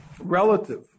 relative